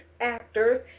actors